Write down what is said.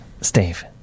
steve